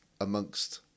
amongst